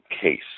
case